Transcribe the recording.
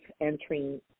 entering